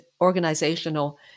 organizational